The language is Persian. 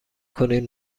کنید